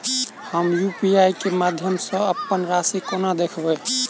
हम यु.पी.आई केँ माध्यम सँ अप्पन राशि कोना देखबै?